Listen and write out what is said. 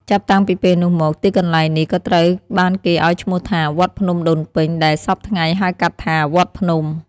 ចាប់តាំងពីពេលនោះមក ទីកន្លែងនេះក៏ត្រូវបានគេឲ្យឈ្មោះថា "វត្តភ្នំដូនពេញ" ដែលសព្វថ្ងៃហៅកាត់ថា "វត្តភ្នំ"។